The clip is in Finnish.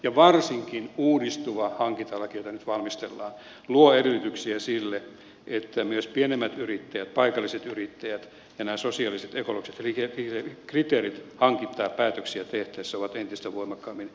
ja varsinkin uudistuva hankintalaki jota nyt valmistellaan luo edellytyksiä sille että myös pienemmät yrittäjät paikalliset yrittäjät ja nämä sosiaaliset ekologiset kriteerit hankintapäätöksiä tehtäessä ovat entistä voimakkaammin esillä